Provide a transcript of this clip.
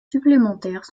supplémentaires